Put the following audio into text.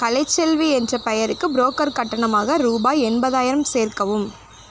கலைச்செல்வி என்ற பெயருக்கு புரோக்கர் கட்டணமாக ரூபாய் எண்பதாயிரம் சேர்க்கவும்